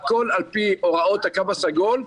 הכול על פי הוראות התו הסגול.